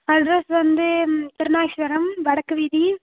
address வந்து திருநாகேஸ்வரம் வடக்குவீதி